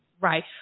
right